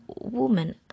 woman